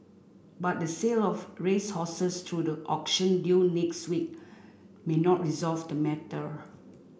but the sale of racehorses through the auction due next week may not resolve the matter